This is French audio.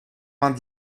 vingt